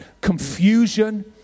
confusion